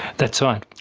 that's right.